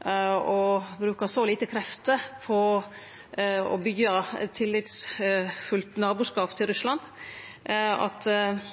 og brukar så lite krefter på å byggje tillitsfullt naboskap til Russland at det kan føre til ein mykje meir spent situasjon, og at